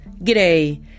G'day